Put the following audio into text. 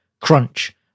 crunch